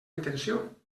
intenció